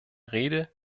rede